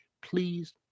please